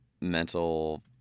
mental